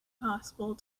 possible